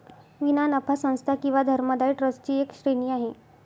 विना नफा संस्था किंवा धर्मदाय ट्रस्ट ची एक श्रेणी आहे